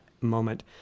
moment